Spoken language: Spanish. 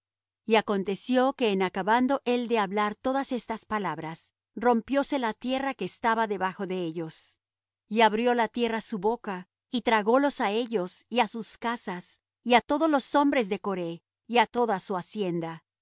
y aconteció que en acabando él de hablar todas estas palabras rompióse la tierra que estaba debajo de ellos y abrió la tierra su boca y tragólos á ellos y á sus casas y á todos los hombres de coré y á toda su hacienda